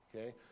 okay